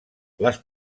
les